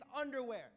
underwear